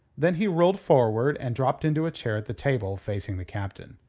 then he rolled forward, and dropped into a chair at the table, facing the captain.